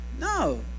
No